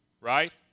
right